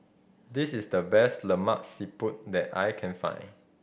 this is the best Lemak Siput that I can find